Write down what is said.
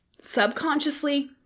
subconsciously